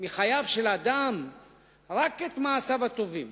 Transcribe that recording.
מחייו של אדם רק את מעשיו הטובים,